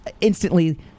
instantly